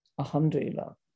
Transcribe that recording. Alhamdulillah